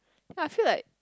I feel like